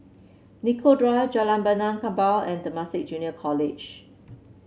Nicoll Drive Jalan Benaan Kapal and Temasek Junior College